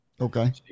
Okay